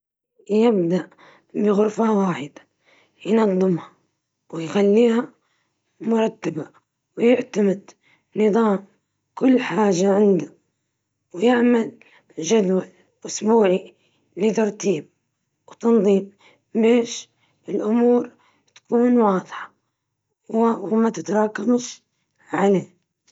يبدأ بتنظيف غرفة وحدة في كل مرة، يحط رفوف أو صناديق تنظيم كل ما يجيب حاجة جديدة، يطلع حاجة قديمة، يخلي عنده روتين يومي لترتيب بسيط، زي عشر دقائق قبل النوم.